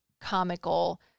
comical